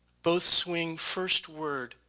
both swing first word,